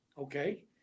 okay